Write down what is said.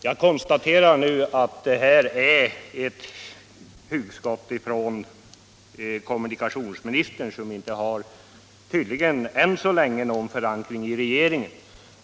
Jag konstaterar nu att detta är ett hugskott av kommunikationsministern, vilket tydligen än så länge inte har någon förankring i regeringen.